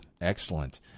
Excellent